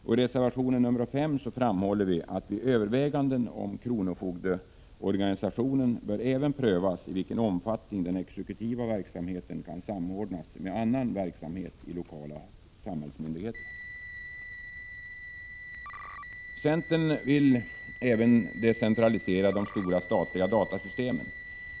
I reservation 5 framhåller vi att vid överväganden om kronofogdeorganisationen även bör prövas i vilken omfattning den exekutiva verksamheten kan samordnas med annan verksamhet i lokala samhällsmyndigheter. Centern vill även decentralisera de stora statliga datasystemen.